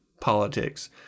politics